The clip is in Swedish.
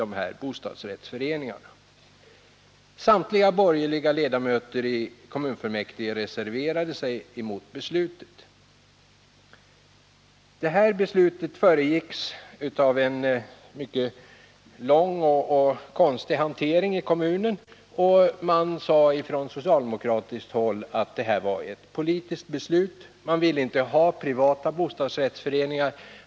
Samtliga borgerliga ledamöter i kommunfullmäktige reserverade sig mot beslutet. Detta beslut föregicks av en mycket lång och konstig hantering i kommunen, och socialdemokraterna sade att detta var ett politiskt beslut. Man ville inte ha privata bostadsrättsföreningar.